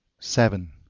seven.